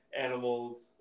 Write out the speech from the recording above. animals